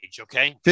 Okay